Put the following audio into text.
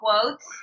quotes